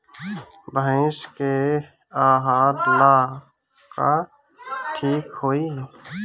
भइस के आहार ला का ठिक होई?